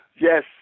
Yes